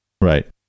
right